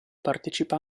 partecipa